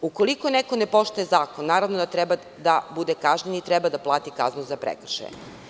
Ukoliko neko ne poštuje zakon, naravno da treba da bude kažnjen, i treba da plati kaznu za prekršaje.